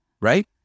right